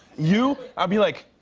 you, i'd be like,